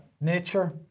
Nature